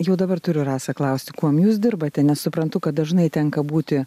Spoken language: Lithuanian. jau dabar turiu rasą klausti kuom jūs dirbate nes suprantu kad dažnai tenka būti